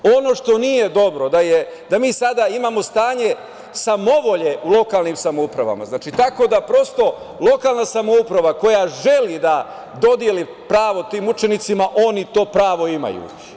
Ono što nije dobro, da mi sada imamo stanje samovolje u lokalnim samoupravama, tako da prosto lokalna samouprava koja želi da dodeli pravo tim učenicima, oni to pravo imaju.